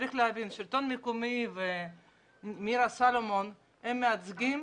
צריך להבין, שלטון מקומי ומירה סלומון, הם מייצגים